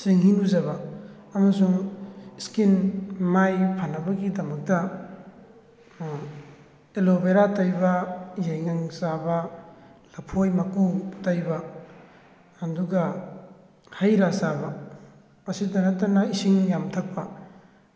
ꯆꯤꯡꯍꯤ ꯂꯨꯖꯕ ꯑꯃꯁꯨꯡ ꯁ꯭ꯀꯤꯟ ꯃꯥꯏ ꯐꯅꯕꯒꯤꯗꯃꯛꯇ ꯑꯦꯂꯣꯕꯦꯔꯥ ꯇꯩꯕꯥ ꯌꯥꯏꯉꯪ ꯆꯥꯕ ꯂꯐꯣꯏ ꯃꯀꯨ ꯇꯩꯕ ꯑꯗꯨꯒ ꯍꯩꯔꯥ ꯆꯥꯕ ꯑꯁꯤꯗ ꯅꯠꯇꯅ ꯏꯁꯤꯡ ꯌꯥꯝꯅ ꯊꯛꯄ